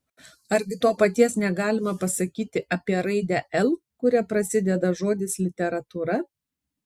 argi to paties negalima pasakyti apie raidę l kuria prasideda žodis literatūra